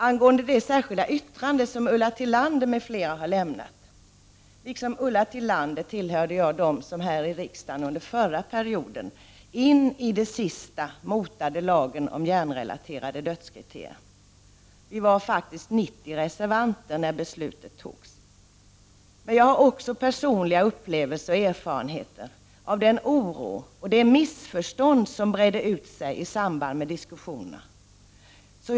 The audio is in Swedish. Angående det särskilda yttrande som Ulla Tillander m.fl. har lämnat vill jag säga följande. Liksom Ulla Tillander tillhörde jag dem som här i riksdagen under förra perioden in i det sista motarbetade lagen om hjärnrelaterade dödskriterier. Vi var faktiskt 90 reservanter mot det beslut som då fattades. Jag har också personliga upplevelser och erfarenheter av den oro och de missförstånd som bredde ut sig i samband med diskussionerna.